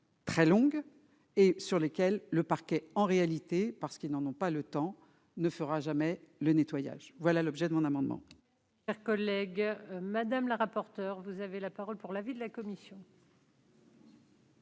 très longues et sur lesquels le parquet en réalité parce qu'ils n'en ont pas le temps ne fera jamais le nettoyage, voilà l'objet de mon amendement.